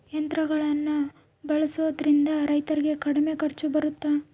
ಯಂತ್ರಗಳನ್ನ ಬಳಸೊದ್ರಿಂದ ರೈತರಿಗೆ ಕಡಿಮೆ ಖರ್ಚು ಬರುತ್ತಾ?